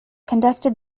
conducted